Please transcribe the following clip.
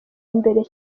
imbere